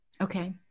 Okay